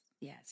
Yes